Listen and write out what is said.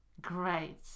Great